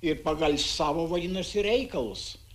ir pagal savo vadinosi reikalus